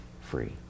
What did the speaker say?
free